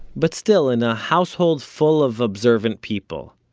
but still, in a household full of observant people,